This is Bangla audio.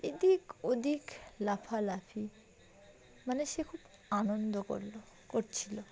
এদিক ওদিক লাফালাফি মানে সে খুব আনন্দ করলো করছিলো